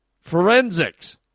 Forensics